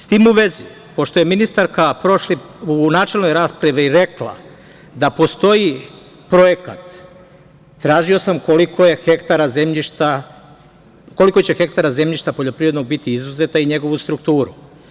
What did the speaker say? S tim u vezi, pošto je ministarka u načelnoj raspravi rekla da postoji projekat, tražio sam koliko će hektara zemljišta poljoprivrednog biti izuzeta i njegovu strukturu.